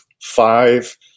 five